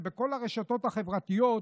בכל הרשתות החברתיות,